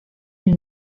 you